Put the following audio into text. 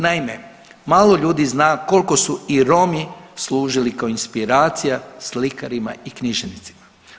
Naime, malo ljudi zna koliko su i Romi služili kao inspiracija slikarima i književnicima.